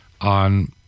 on